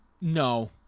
No